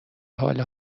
حال